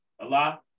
Allah